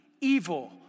evil